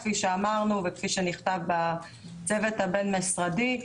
כפי שאמרנו וכפי שנכתב בצוות הבין-משרדי,